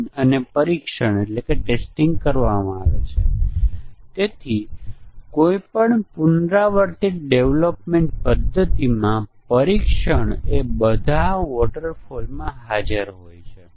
એક એવું હોઈ શકે કે આપણે આ મોડ્યુલોને ઈન્ટીગ્રેટ કરવાનું નક્કી કરી શકીએ અને પછી આ મોડ્યુલો યોગ્ય રીતે કામ કરી રહ્યા છે કે કેમ તેની ચકાસણી કરી શકીએ પરંતુ જો આપણે એક પગલામાં 4 અથવા 5 મોડ્યુલોને ઈન્ટીગ્રેટ કરીએ તો ફરી આપણને સમસ્યા થશે કે જો નિષ્ફળતા હોય તો એક ટેસ્ટ કેસ પછી આપણે ઘણા મોડ્યુલો જોવું પડશે